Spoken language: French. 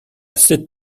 sept